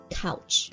couch